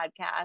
podcast